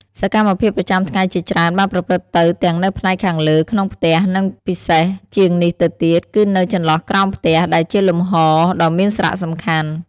សកម្មភាពប្រចាំថ្ងៃជាច្រើនបានប្រព្រឹត្តទៅទាំងនៅផ្នែកខាងលើ ក្នុងផ្ទះ និងពិសេសជាងនេះទៅទៀត គឺនៅ ចន្លោះក្រោមផ្ទះ ដែលជាលំហដ៏មានសារៈសំខាន់ ។